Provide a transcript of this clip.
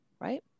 right